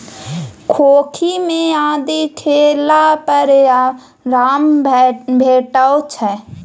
खोंखी मे आदि खेला पर आराम भेटै छै